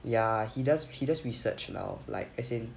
ya he does he does research now like as in